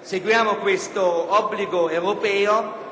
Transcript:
Seguiamo quest'obbligo europeo, ma aiutiamo le donne